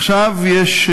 עכשיו יש